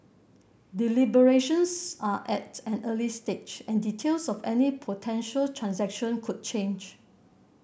deliberations are at an early stage and details of any potential transaction could change